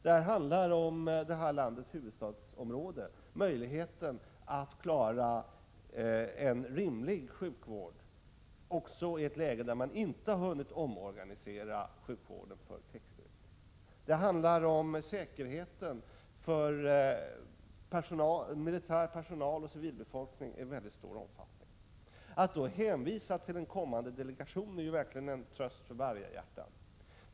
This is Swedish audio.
Det handlar om landets huvudstadsområde och möjligheten att klara en rimlig sjukvård också i ett läge när man inte hunnit omorganisera sjukvården för krigsbruk. Det handlar om säkerheten för militär personal och civil befolkning i mycket stor omfattning. Att då hänvisa till en kommande delegation är verkligen en tröst för ett tigerhjärta.